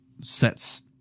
sets